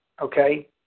okay